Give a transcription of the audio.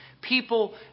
People